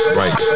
right